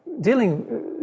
Dealing